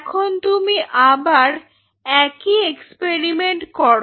এখন তুমি আবার একই এক্সপেরিমেন্ট করো